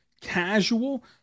casual